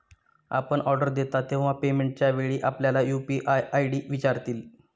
आपण ऑर्डर देता तेव्हा पेमेंटच्या वेळी आपल्याला यू.पी.आय आय.डी विचारतील